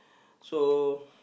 so